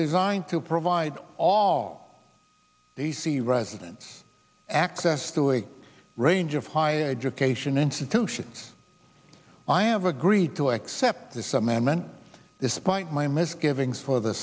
designed to provide all d c residents access to a range of higher education institution i have agreed to accept this amendment despite my misgivings for the